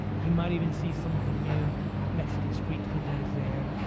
you might even see some of the new mexican street food that is there.